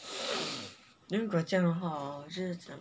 如果这样的话 hor 我觉得这样